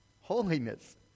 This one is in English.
Holiness